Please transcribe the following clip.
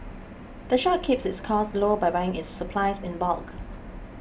the shop keeps its costs low by buying its supplies in bulk